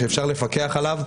שאפשר לפקח עליו,